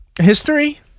History